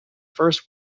first